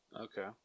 Okay